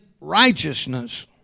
righteousness